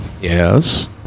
Yes